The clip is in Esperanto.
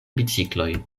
bicikloj